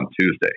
Tuesday